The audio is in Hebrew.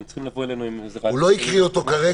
הם צריכים לבוא אלינו עם איזה רעיון --- הוא לא הקריא אותו כרגע,